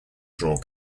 draw